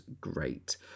great